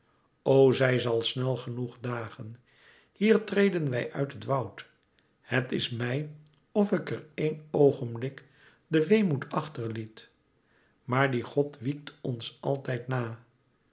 o zij zal snel genoeg dagen hier treden wij uit het woud het is mij of ik er eén oogenblik den weemoed achter liet maar die god wiekt ons altijd na